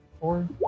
four